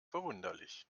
verwunderlich